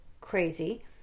crazy